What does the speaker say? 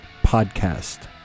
podcast